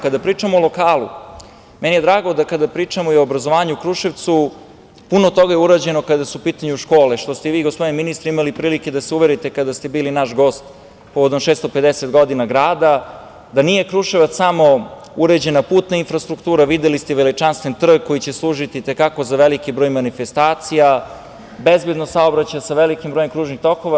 Kada pričamo o lokalu, meni je drago kada pričamo o obrazovanju u Kruševcu, puno toga je urađeno kada su u pitanju škole, što ste vi, gospodine ministre, imali prilike da se uverite kada ste bili naš gost povodom 650 godina grada, da nije Kruševac samo uređena putna infrastruktura, videli ste i veličanstven trg koji će služiti za veliki broj manifestacija, bezbedan saobraćaj sa velikim brojem kružnih tokova.